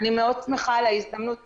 אני מאוד שמחה על ההזדמנות.